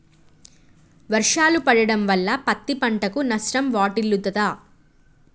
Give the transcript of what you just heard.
వర్షాలు పడటం వల్ల పత్తి పంటకు నష్టం వాటిల్లుతదా?